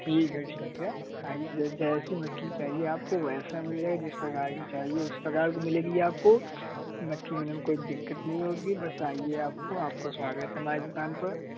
ठीक है ठीक है आइए जैसी मछली चाहिए आपको वैसी मिल जाएगी जिस प्रकार की चाहिए उस प्रकार की मिलेगी आपको मछली लेने में कोई दिक्कत नहीं होगी बस आइए आपको आप का स्वागत है हमारी दुकान पर